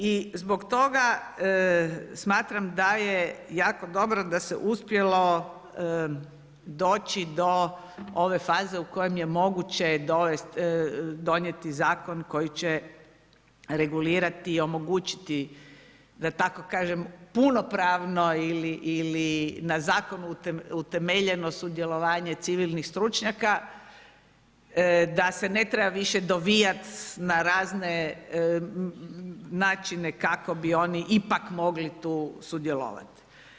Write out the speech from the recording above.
I zbog toga smatram da je jako dobro da se uspjelo doći do ove faze u kojem je moguće donijeti Zakon koji će regulirati i omogućiti da tako kažem punopravno ili na Zakonu utemeljeno sudjelovanje civilnih stručnjaka da se ne treba više dovijat na razne načine kako bi oni ipak mogli tu sudjelovati.